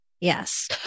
Yes